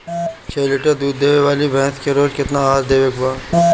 छह लीटर दूध देवे वाली भैंस के रोज केतना आहार देवे के बा?